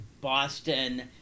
Boston